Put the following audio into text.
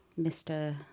Mr